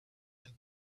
and